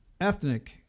ethnic